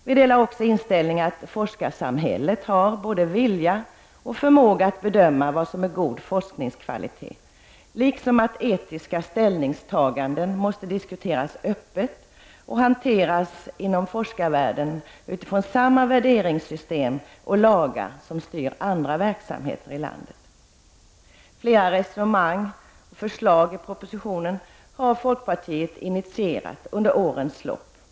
Vi delar också inställningen att forskarsamhället har både vilja och förmåga att bedöma vad som är god forskningskvalitet, liksom att etiska ställningstaganden måste diskuteras öppet och hanteras inom forskarvärlden utifrån samma värderingssystem och lagar som styr andra verksamheter i landet. Flera resonemang och förslag i propositionen har folkpartiet under årens lopp initierat.